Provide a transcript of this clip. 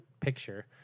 picture